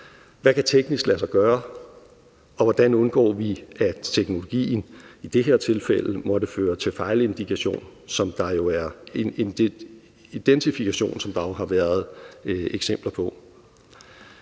Hvad kan teknisk lade sig gøre, og hvordan undgår vi, at teknologien i det her tilfælde måtte føre til fejlidentifikation, som der jo har været eksempler på.